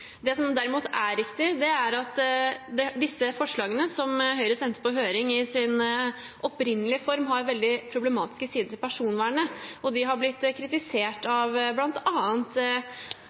Det som derimot er riktig, er at disse forslagene, som Høyre sendte på høring, har i sin opprinnelige form veldig problematiske sider for personvernet, og de har blitt kritisert av